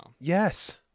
yes